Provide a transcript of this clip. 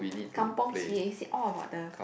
kampung Spirit is all about the